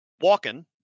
walking